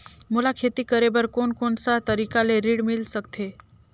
मोला खेती करे बर कोन कोन सा तरीका ले ऋण मिल सकथे?